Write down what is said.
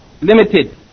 limited